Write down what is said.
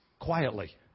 quietly